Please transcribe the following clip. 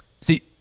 See